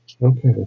Okay